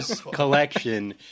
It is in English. collection